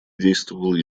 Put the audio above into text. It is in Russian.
действовал